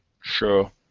Sure